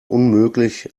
unmöglich